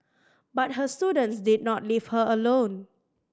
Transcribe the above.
but her students did not leave her alone